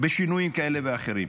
בשינויים כאלה ואחרים,